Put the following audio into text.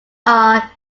are